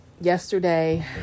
yesterday